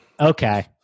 Okay